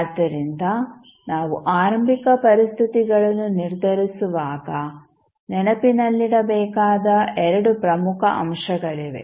ಆದ್ದರಿಂದ ನಾವು ಆರಂಭಿಕ ಪರಿಸ್ಥಿತಿಗಳನ್ನು ನಿರ್ಧರಿಸುವಾಗ ನೆನಪಿನಲ್ಲಿಡಬೇಕಾದ 2 ಪ್ರಮುಖ ಅಂಶಗಳಿವೆ